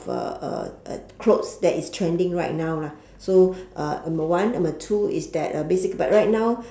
uh uh uh clothes that is trending right now lah so uh number one number two is that uh basic but right now